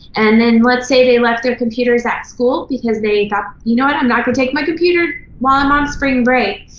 and then, let's say they left their computers at school, because they thought, you know what, i'm not gonna take my computer while i'm on spring break,